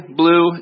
blue